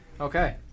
okay